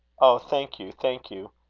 oh! thank you, thank you!